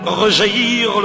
rejaillir